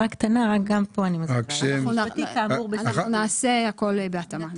הערה קטנה גם פה -- אנחנו נעשה הכול בהתאמה,